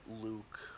Luke